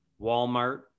Walmart